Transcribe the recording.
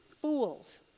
fools